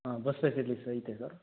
ಆಂ bus facilities ಐತೆ sir